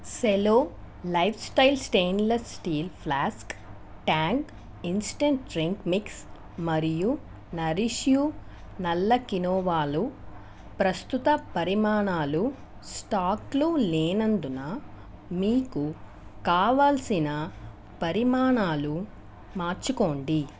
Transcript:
Cello life style stainless steel flask Tang instant drink mix మరియు Nourish You నల్ల కినోవాలు ప్రస్తుత పరిమాణాలు స్టాక్లో లేనందున మీకు కావాల్సిన పరిమాణాలు మార్చుకోండి